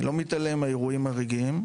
אני לא מתעלם מהאירועים הרגעיים,